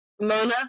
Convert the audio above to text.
Mona